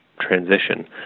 transition